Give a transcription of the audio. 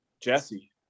Jesse